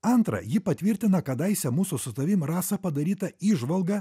antra ji patvirtina kadaise mūsų su tavim rasa padarytą įžvalgą